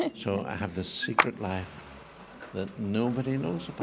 and so i have this secret life that nobody knows